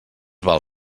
val